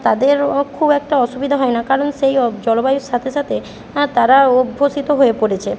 তাদের খুব একটা অসুবিধা হয় না কারণ সেই জলবায়ুর সাথে সাথে তারা অভ্যসিত হয়ে পড়েছে